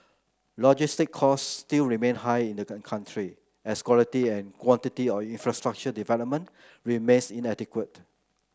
logistic costs still remain high in the country as quality and quantity of infrastructure development remains inadequate